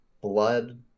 Blood